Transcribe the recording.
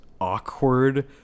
awkward